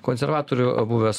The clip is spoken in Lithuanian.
konservatorių buvęs